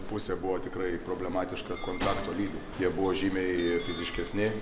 pusė buvo tikrai problematiška kontakto lygiu jie buvo žymiai fiziškesni